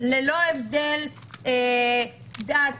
ללא הבדל דת,